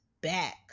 back